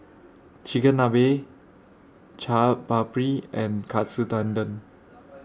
Chigenabe Chaat Papri and Katsu Tendon